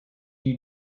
you